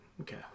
okay